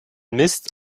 misst